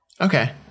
Okay